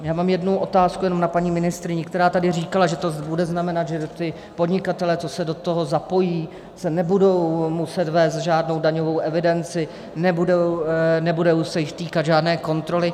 Já mám jenom jednu otázku na paní ministryni, která tady říkala, že to bude znamenat, že ti podnikatelé, co se do toho zapojí, nebudou muset vést žádnou daňovou evidenci, nebudou se jich týkat žádné kontroly.